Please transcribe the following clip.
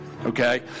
okay